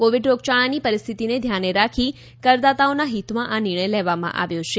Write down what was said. Covid રોગ ચાળાની પરિસ્થિતિને ધ્યાને રાખી કરદાતાઓના હિતમાં આ નિર્ણય લેવામાં આવ્યો છે